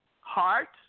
heart